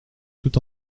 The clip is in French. tout